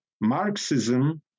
Marxism